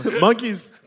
Monkeys